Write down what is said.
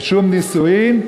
רישום נישואין,